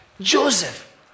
Joseph